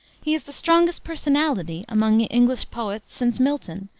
he is the strongest personality among english poets since milton,